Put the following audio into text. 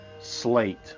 slate